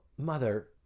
Mother